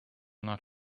not